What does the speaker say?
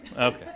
Okay